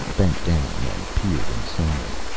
bent down and peered inside.